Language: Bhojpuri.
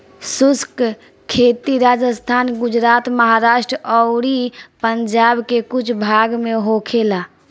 शुष्क खेती राजस्थान, गुजरात, महाराष्ट्र अउरी पंजाब के कुछ भाग में होखेला